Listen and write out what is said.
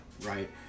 right